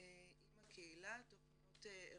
עם הקהילה, תכניות ערכיות,